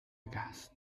aghast